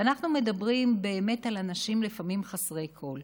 ואנחנו מדברים באמת על אנשים שהם לפעמים חסרי כול.